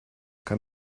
kann